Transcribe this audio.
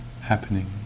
happening